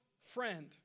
friend